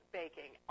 baking